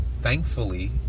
thankfully